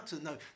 no